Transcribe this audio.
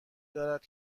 دارد